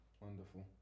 wonderful